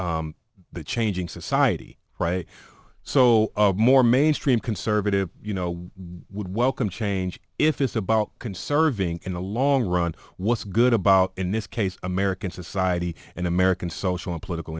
the changing society so more mainstream conservative you know would welcome change if it's about conserving in the long run what's good about in this case american society and american social and political